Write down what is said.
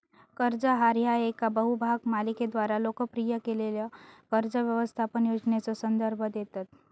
कर्ज आहार ह्या येका बहुभाग मालिकेद्वारा लोकप्रिय केलेल्यो कर्ज व्यवस्थापन योजनेचो संदर्भ देतत